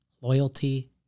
loyalty